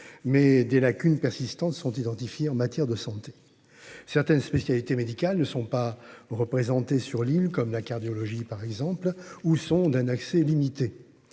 mais des lacunes persistantes sont identifiés en matière de santé. Certaines spécialités médicales ne sont pas représentés sur l'île comme la cardiologie par exemple où sont d'un accès limité.